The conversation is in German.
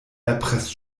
erpresst